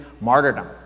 martyrdom